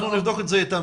אנחנו נבדוק את זה איתן.